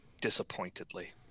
disappointedly